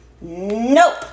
Nope